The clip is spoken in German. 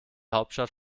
hauptstadt